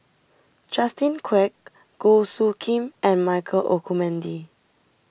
Justin Quek Goh Soo Khim and Michael Olcomendy